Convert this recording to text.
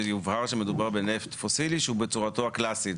שיובהר שמדובר בנפט פוסילי שהוא בצורתו הקלאסית,